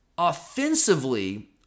Offensively